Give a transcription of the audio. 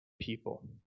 people